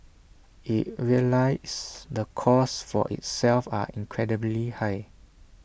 IT realises the costs for itself are incredibly high